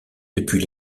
depuis